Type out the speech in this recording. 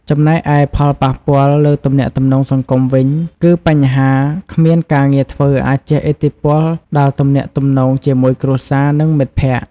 ចំណែកឯផលប៉ះពាល់លើទំនាក់ទំនងសង្គមវិញគឺ បញ្ហាគ្មានការងារធ្វើអាចជះឥទ្ធិពលដល់ទំនាក់ទំនងជាមួយគ្រួសារ និងមិត្តភក្តិ។